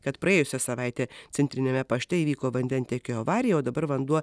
kad praėjusią savaitę centriniame pašte įvyko vandentiekio avarija o dabar vanduo